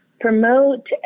promote